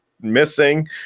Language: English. missing